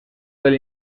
del